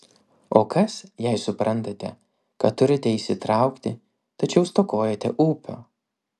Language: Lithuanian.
o kas jei suprantate kad turite įsitraukti tačiau stokojate ūpo